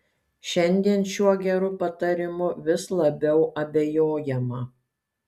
šiandien šiuo geru patarimu vis labiau abejojama